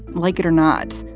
like it or not.